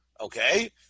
Okay